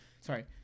Sorry